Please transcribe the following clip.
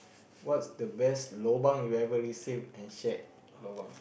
what's the best lobang you ever received and shared lobang